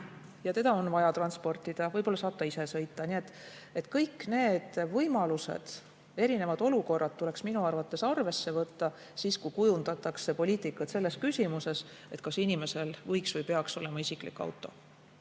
ja teda on vaja transportida. Nii et kõik need võimalused, erinevad olukorrad tuleks minu arvates arvesse võtta, kui kujundatakse poliitikat selles küsimuses, kas inimesel võiks olla või peaks olema isiklik auto.